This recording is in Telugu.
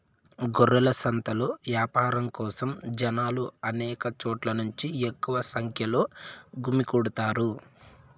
గొర్రెల సంతలో యాపారం కోసం జనాలు అనేక చోట్ల నుంచి ఎక్కువ సంఖ్యలో గుమ్మికూడతారు